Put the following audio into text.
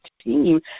team